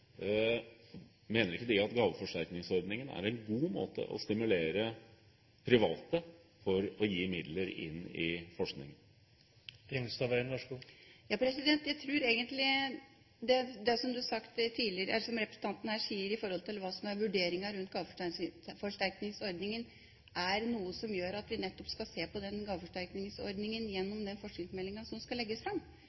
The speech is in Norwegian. Mener ikke Senterpartiet at gaveforsterkningsordningen er en god måte å stimulere private til å gi midler til forskningen? Jeg tror at det som representanten her sier om vurderinger rundt gaveforsterkningsordningen, er noe som gjør at vi nettopp skal se på den ordningen i den forskningsmeldingen som skal legges fram. Jeg tror det er et godt eksempel som viser at vi nettopp